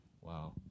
Wow